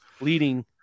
leading